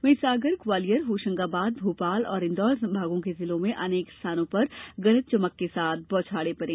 वहीं सागर ग्वालियर होशंगाबाद भोपाल और इंदौर संभागों के जिलों में अनेक स्थानों गरज चमक के साथ बौछारें पड़ी